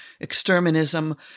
exterminism